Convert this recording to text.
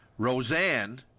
Roseanne